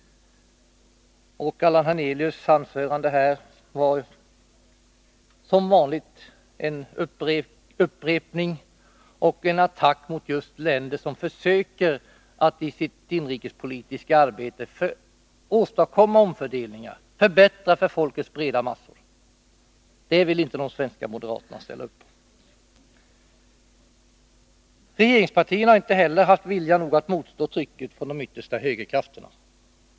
Allan Hernelius anförande var som vanligt en attack mot just länder som försöker att i sitt inrikespolitiska arbete åstadkomma omfördelningar, förbättra för folkets breda massor. Det vill inte de svenska moderaterna ställa upp på. Regeringspartierna har inte heller haft vilja nog att motstå trycket från de yttersta högerkrafterna.